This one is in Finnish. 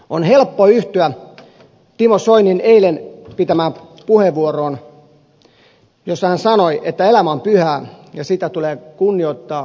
on helppo yhtyä timo soinin eilen käyttämään puheenvuoroon jossa hän sanoi että elämä on pyhää ja sitä tulee kunnioittaa ja suojella